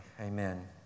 Amen